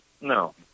No